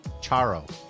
Charo